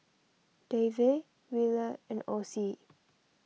Davey Williard and Ocie